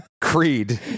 Creed